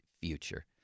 future